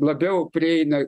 labiau prieina